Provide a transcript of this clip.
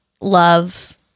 love